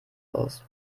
aus